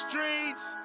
Streets